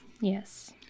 Yes